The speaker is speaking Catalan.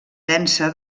densa